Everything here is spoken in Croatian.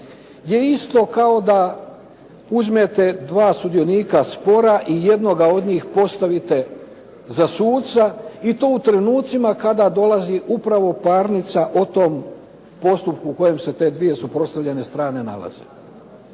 je isto kao da uzmete 2 sudionika spora i jednoga od njih postavite za suca i to u trenucima kada dolazi upravo parnica o tom postupku u kojem se te 2 suprotstavljene strane nalaze.